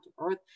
earth